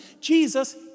Jesus